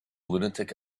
lunatic